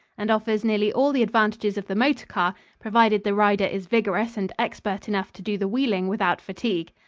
and offers nearly all the advantages of the motor car, provided the rider is vigorous and expert enough to do the wheeling without fatigue.